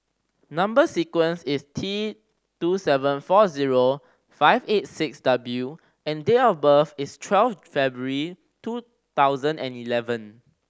number sequence is T two seven four zero five eight six W and date of birth is twelve February two thousand and eleven